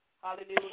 Hallelujah